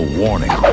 warning